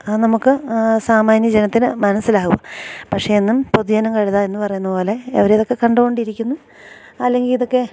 അത് നമുക്ക് സാമാന്യ ജനത്തിന് മനസ്സിലാകും പക്ഷേ എന്നും പൊതുജനം കഴുതയെന്ന് പറയുന്നതുപോലെ അവര് ഇതൊക്കെ കണ്ടുകൊണ്ടിരിക്കുന്നു അല്ലെങ്കില് ഇതൊക്കെ